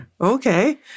Okay